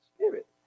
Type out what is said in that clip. Spirit